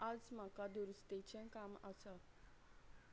आज म्हाका दुरुस्तेचें काम आसा